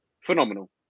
phenomenal